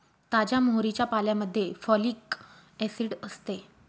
ताज्या मोहरीच्या पाल्यामध्ये फॉलिक ऍसिड असते